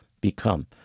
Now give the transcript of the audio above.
become